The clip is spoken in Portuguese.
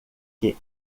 que